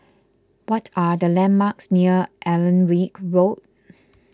what are the landmarks near Alnwick Road